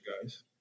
guys